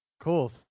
Cool